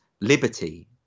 liberty